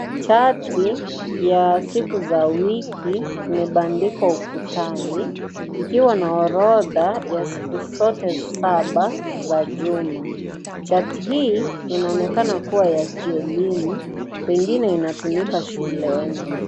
Chati ya siku ya wiki umebandikwa ukutani ikiwa na orodha ya siku zote saba za juma chati hii inaonekana kuwa ya kielimu pengine inatumika shuleni.